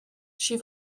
she